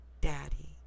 daddy